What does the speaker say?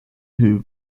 who